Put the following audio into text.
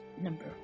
number